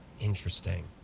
Interesting